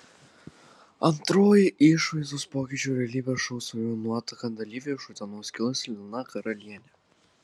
antroji išvaizdos pokyčių realybės šou svajonių nuotaka dalyvė iš utenos kilusi lina karalienė